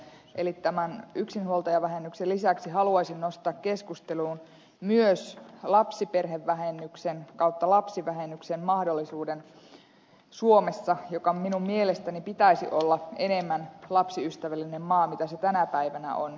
eli tämän yksinhuoltajavähennyksen lisäksi haluaisin nostaa keskusteluun myös lapsiperhevähennyksen tai lapsivähennyksen mahdollisuuden suomessa jonka minun mielestäni pitäisi olla enemmän lapsiystävällisempi maa mitä se tänä päivänä on